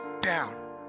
down